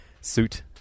suit